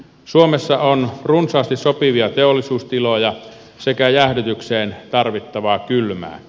suomessa on runsaasti sopivia teollisuustiloja sekä jäähdytykseen tarvittavaa kylmää